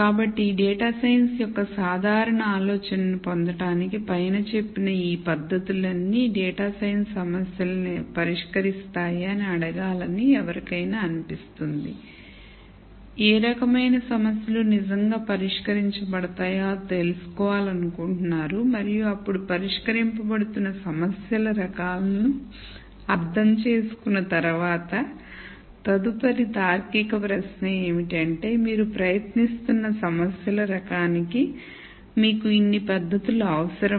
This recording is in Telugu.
కాబట్టి డేటా సైన్స్ యొక్క సాధారణ ఆలోచనను పొందడానికి పైన చెప్పిన ఈ పద్ధతులన్నీ డేటా సైన్స్ సమస్యలను పరిష్కరిస్తాయా అని అడగాలని ఎవరికైనా అనిపిస్తుంది ఏ రకమైన సమస్యలు నిజంగా పరిష్కరించబడుతున్నాయో తెలుసుకోవాలనుకుంటున్నారు మరియు అప్పుడు పరిష్కరించబడుతున్న సమస్యల రకాలను అర్థం చేసుకున్న తర్వాత తదుపరి తార్కిక ప్రశ్న ఏమిటంటే మీరు ప్రయత్నిస్తున్న సమస్యల రకానికి మీకు ఇన్నిపద్ధతులు అవసరమా